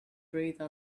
breathe